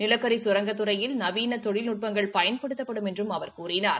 நிலக்கரி சுரங்கத்துறையில் நவீன தொழில்நுட்பங்கள் பயன்படுத்தப்படும் என்றும் அவர் கூறினார்